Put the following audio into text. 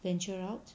venture out